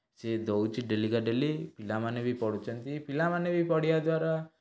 ସିଏ ଦେଉଛି ଡେଲିକା ଡେଲି ପିଲାମାନେ ବି ପଢ଼ୁଛନ୍ତି ପିଲାମାନେ ବି ପଢ଼ିବାଦ୍ୱାରା